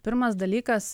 pirmas dalykas